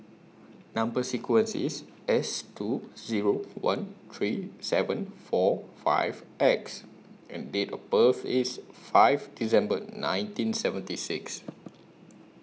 Number sequence IS S two Zero one three seven four five X and Date of birth IS five December nineteen seventy six